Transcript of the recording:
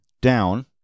Down